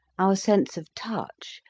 our sense of touch,